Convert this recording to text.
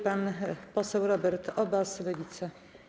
Pan poseł Robert Obaz, Lewica.